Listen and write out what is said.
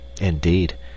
Indeed